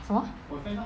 !huh!